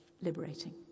liberating